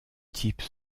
types